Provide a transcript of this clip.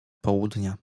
południa